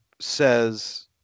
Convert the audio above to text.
says